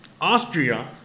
Austria